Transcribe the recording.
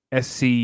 SC –